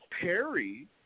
Perry